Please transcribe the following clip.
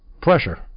pressure